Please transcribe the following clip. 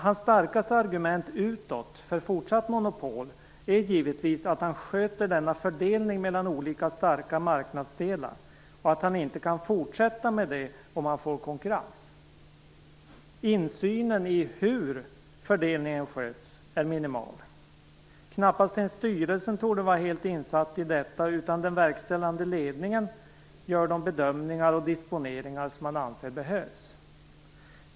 Hans starkaste argument utåt för fortsatt monopol är givetvis att han sköter denna fördelning mellan olika starka marknadsdelar och att han inte kan fortsätta med det om han får konkurrens. Insynen i hur fördelningen sköts är minimal. Knappast ens styrelsen torde vara helt insatt i detta, utan den verkställande ledningen gör de bedömningar och disponeringar som man anser behövas.